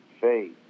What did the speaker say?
Faith